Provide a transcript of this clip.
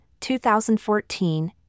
2014